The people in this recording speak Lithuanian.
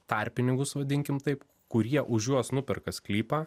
tarpininkus vadinkim taip kurie už juos nuperka sklypą